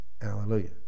Hallelujah